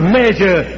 measure